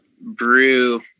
brew